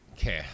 Okay